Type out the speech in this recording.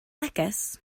neges